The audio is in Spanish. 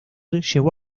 llevó